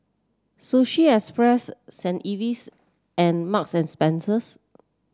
Sushi Express Saint Ives and Marks and Spencer